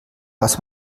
was